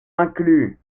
inclus